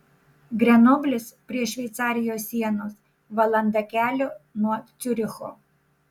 grenoblis prie šveicarijos sienos valanda kelio nuo ciuricho